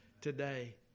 today